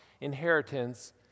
inheritance